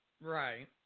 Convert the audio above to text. Right